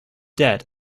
debt